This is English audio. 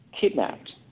kidnapped